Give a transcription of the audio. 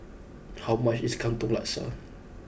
how much is Katong Laksa